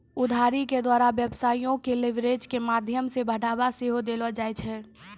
उधारी के द्वारा व्यवसायो के लीवरेज के माध्यमो से बढ़ाबा सेहो देलो जाय छै